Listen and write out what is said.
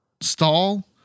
stall